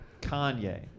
kanye